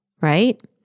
right